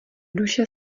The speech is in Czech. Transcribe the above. duše